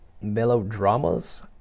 melodramas